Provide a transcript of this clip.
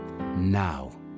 now